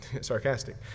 sarcastic